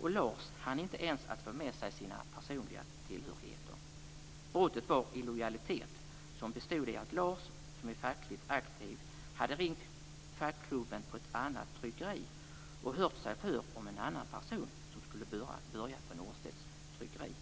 och Lars hann inte ens få med sig sina personliga tillhörigheter. Brottet var illojalitet, som bestod i att Lars, som är fackligt aktiv, hade ringt fackklubben på ett annat tryckeri och hört sig för om en annan person som skulle börja på Norstedts tryckeri.